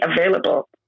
available